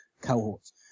cohorts